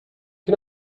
can